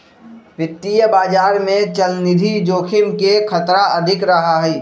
वित्तीय बाजार में चलनिधि जोखिम के खतरा अधिक रहा हई